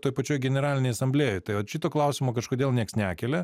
toj pačioj generalinėj asamblėjoj tai vat šito klausimo kažkodėl nieks nekelia